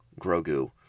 Grogu